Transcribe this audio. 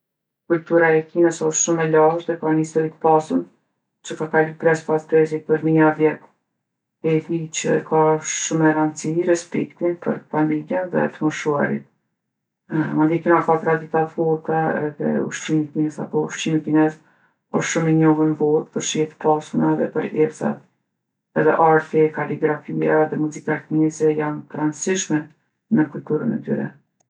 Kultura e Kinës osht shumë e lashtë, e ka ni historu t'pasun që ka kalu brez pas brezi për mija vjet. E di që e ka shumë me randsi respektin për familjen dhe t'moshuarit. Mandej Kina ka tradita t'forta edhe ushqimi i Kinës apo ushqimi kinez osht shumë i njohun n'botë për shije t'pasuna edhe për erza. Edhe arti, kaligrafia edhe muzika kineze janë t'randsishme në kulturën e tyre.